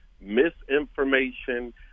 misinformation